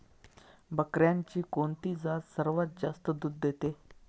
बकऱ्यांची कोणती जात सर्वात जास्त दूध देते?